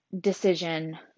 decision